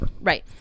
Right